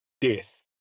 death